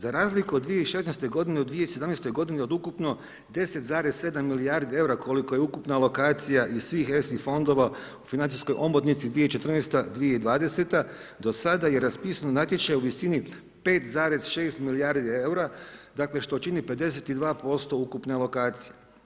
Za razliku od 2016. godine, u 2017. godini od ukupno 10,7 milijardi eura, koliko je ukupna lokacija i svih ESI fondova u financijskoj omotnici 2014.-2020. do sada je raspisano natječaja u visini 5,6 milijardi eura, dakle, što čini 52% ukupne lokacije.